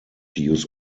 use